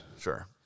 Sure